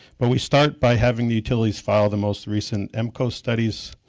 but we start by having the utilities file the most recent mco studies,